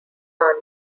san